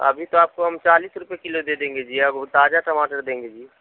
ابھی تو آپ کو ہم چالیس روپے کلو دے دیں گے جی آپ کو تازہ ٹماٹر دیں گے جی